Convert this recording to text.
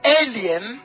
alien